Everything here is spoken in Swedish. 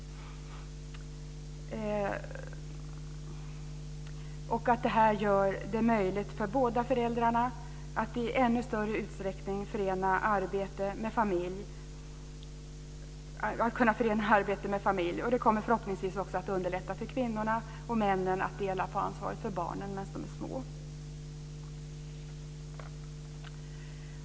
Det gör det möjligt för båda föräldrarna att i ännu större utsträckning kunna förena arbete med familj. Det kommer förhoppningsvis också att underlätta för kvinnorna och männen att dela på ansvaret för barnen medan de är små.